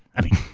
i mean,